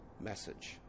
message